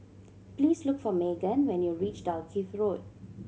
please look for Meaghan when you reach Dalkeith Road